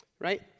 right